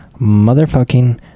motherfucking